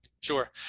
Sure